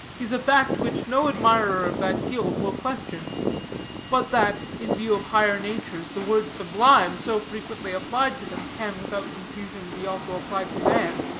is a fact which no admirer of that guild will question but that, in view of higher natures, the word sublime, so frequently applied to them, can, without confusion, be also applied to man,